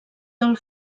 del